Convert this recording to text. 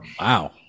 wow